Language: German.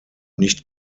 nicht